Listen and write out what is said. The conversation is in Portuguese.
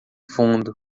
fundo